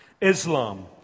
Islam